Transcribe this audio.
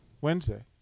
Wednesday